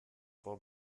war